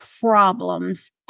problems